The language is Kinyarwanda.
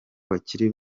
bakiri